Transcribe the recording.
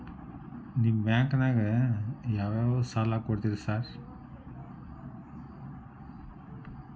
ನಿಮ್ಮ ಬ್ಯಾಂಕಿನಾಗ ಯಾವ್ಯಾವ ಸಾಲ ಕೊಡ್ತೇರಿ ಸಾರ್?